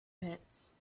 pits